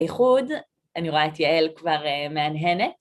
איחוד, אני רואה את יעל כבר מהנהנת.